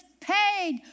paid